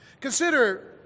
consider